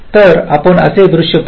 तर आपण असे एक दृश्य पाहू